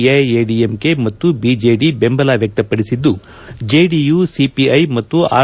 ಎಐಎಡಿಎಂಕೆ ಮತ್ತು ಬಿಜೆಡಿ ಬೆಂಬಲ ವ್ಯಕ್ತಪಡಿಸಿದ್ದು ಜೆಡಿಯು ಸಿಪಿಐ ಮತ್ತು ಆರ್